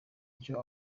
byo